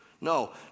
No